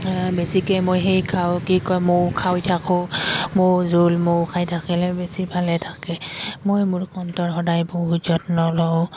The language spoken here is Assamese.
বেছিকৈ মই সেই খাওঁ কি কয় মৌ খাাই থাকোঁ মৌ জোল মৌ খাই থাকিলে বেছি ভালে থাকে মই মোৰ কণ্ঠৰ সদায় বহু যত্ন লওঁ